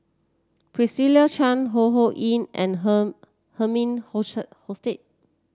Patricia Chan Ho Ho Ying and her Herman Hochstadt